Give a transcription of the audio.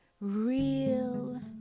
real